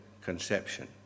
conception